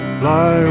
fly